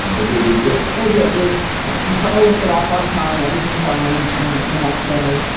ah they gave you a gift. they did. there's the shuttle lifted off on time, everything fine the the next day.